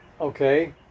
Okay